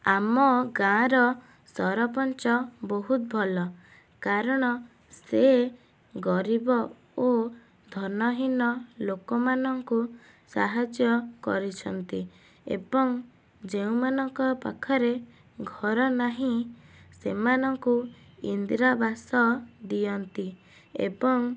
ଆମ ଗାଁର ସରପଞ୍ଚ ବହୁତ ଭଲ କାରଣ ସେ ଗରିବ ଓ ଧନହୀନ ଲୋକମାନଙ୍କୁ ସାହାଯ୍ୟ କରିଛନ୍ତି ଏବଂ ଯେଉଁମାନଙ୍କ ପାଖରେ ଘର ନାହିଁ ସେମାନଙ୍କୁ ଇନ୍ଦିରାବାସ ଦିଅନ୍ତି ଏବଂ